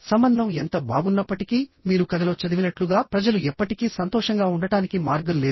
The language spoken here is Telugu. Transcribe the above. సంబంధం ఎంత బాగున్నప్పటికీ మీరు కథలో చదివినట్లుగా ప్రజలు ఎప్పటికీ సంతోషంగా ఉండటానికి మార్గం లేదు